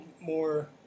more